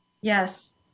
Yes